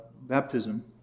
baptism